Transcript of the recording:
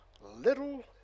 little